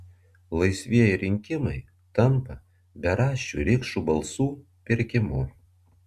laisvieji rinkimai tampa beraščių rikšų balsų pirkimu